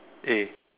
eh